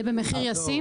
זה במחיר ישים?